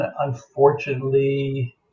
unfortunately